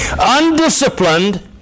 undisciplined